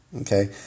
okay